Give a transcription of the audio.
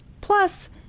Plus